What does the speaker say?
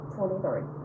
Twenty-three